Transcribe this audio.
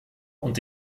und